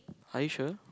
are you sure